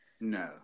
No